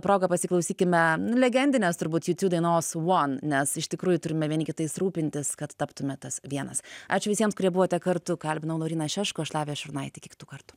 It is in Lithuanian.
proga pasiklausykime legendinės turbūt jūciū dainos vuon nes iš tikrųjų turime vieni kitais rūpintis kad taptume tas vienas ačiū visiems kurie buvote kartu kalbinau lauryną šeškų aš lavija šarnaitė iki kitų kartų